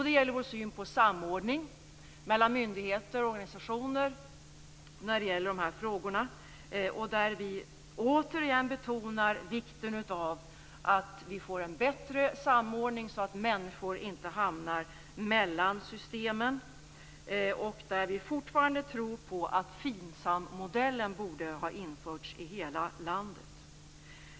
Det gäller vår syn på samordning mellan myndigheter och organisationer vad beträffar dessa frågor. Vi betonar återigen vikten av att vi får en bättre samordning, så att människor inte hamnar mellan systemen. Vi tror fortfarande att FINSAM-modellen borde ha införts i hela landet.